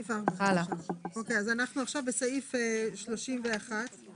בשעה זאת שאנחנו נמצאים לפני החלת החוק,